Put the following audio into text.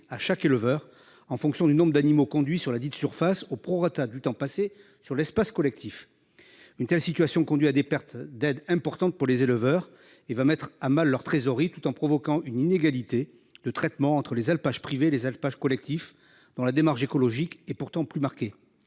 à chaque éleveur en fonction du nombre d'animaux conduits sur la dite de surface au prorata du temps passé sur l'espace collectif. Une telle situation conduit à des pertes d'aides importante pour les éleveurs et va mettre à mal leur trésorerie tout en provoquant une inégalité de traitement entre les alpages privé les alpages collectif dans la démarche écologique et pourtant plus marquée